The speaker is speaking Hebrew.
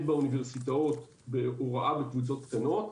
באוניברסיטאות בהוראה בקבוצות קטנות,